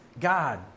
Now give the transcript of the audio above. God